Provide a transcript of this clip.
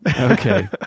Okay